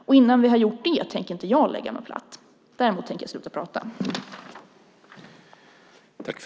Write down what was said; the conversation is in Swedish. Innan vi har gjort det tänker inte jag lägga mig platt. Däremot tänker jag sluta prata nu.